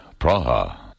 Praha